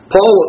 Paul